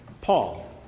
Paul